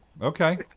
okay